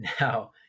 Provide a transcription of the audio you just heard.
Now